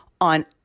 on